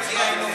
על זה היינו,